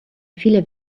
viele